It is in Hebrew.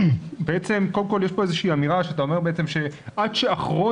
שבעצם קודם כול יש פה איזושהי אמירה שלך שעד שאחרון